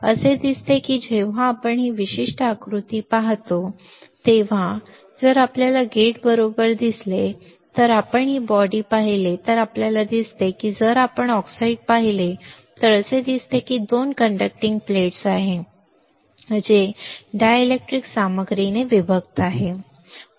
असे दिसते की जेव्हा आपण ही विशिष्ट आकृती पाहतो तेव्हा असे दिसते की जर आपल्याला गेट बरोबर दिसले आणि आपण हे बाडि पाहिले तर असे दिसते आणि जर आपण हे ऑक्साईड पाहिले तर असे दिसते की तेथे 2 कंडक्टिंग प्लेट्स आहेत जे डायलेक्ट्रिक सामग्रीने विभक्त आहेत